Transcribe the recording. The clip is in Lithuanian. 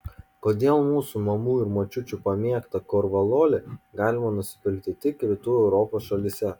kodėl mūsų mamų ir močiučių pamėgtą korvalolį galima nusipirkti tik rytų europos šalyse